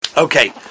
Okay